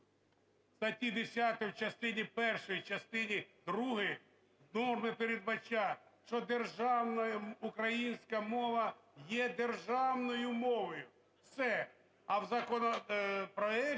в статті 10 в частині першій, в частині другій норми передбачають, що державною… українська мова є державною мовою – все.